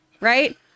right